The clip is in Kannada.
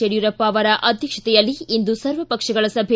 ಯಡಿಯೂರಪ್ಪ ಅವರ ಅಧ್ಯಕ್ಷತೆಯಲ್ಲಿ ಇಂದು ಸರ್ವಪಕ್ಷಗಳ ಸಭೆ